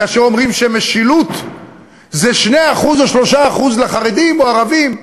כאשר אומרים שמשילות זה 2% או 3% לחרדים או לערבים,